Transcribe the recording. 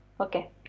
okay